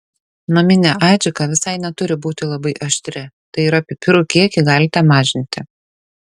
naminė adžika visai neturi būti labai aštri tai yra pipirų kiekį galite mažinti